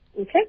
Okay